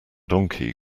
donkey